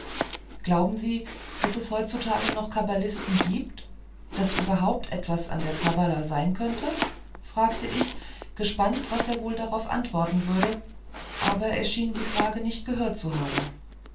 glauben sie daß es heutzutage noch kabbalisten gibt daß überhaupt an der kabbala etwas sein konnte fragte ich gespannt was er wohl antworten würde aber er schien nicht zugehört zu haben